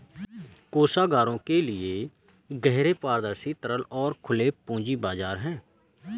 कोषागारों के लिए गहरे, पारदर्शी, तरल और खुले पूंजी बाजार हैं